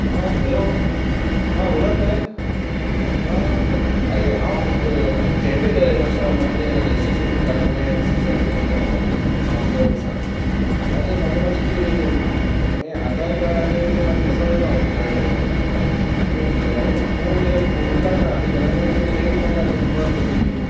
hello Rolan रे आरे हांव क केंपे येयल्लो रे माश्शा मागें तें रॅजिश्ट्रेशन कित काडपाक यें स सर्टिफिकेट काडपा मामदारा ऑफिसा आरे मागे माश ती यें आदार काड आनी तें माश्श विसरो येयलो हांव घराडेन आनी घराडेन फोन केल्या फोनूच लागना तें घराडेन माश्शें रेंज मेळणा सगलें बंद करतकीर